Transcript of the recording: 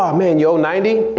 ah man you owe ninety?